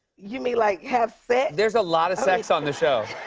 you mean like have sex? there's a lot of sex on the show.